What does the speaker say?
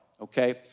okay